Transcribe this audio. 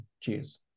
Cheers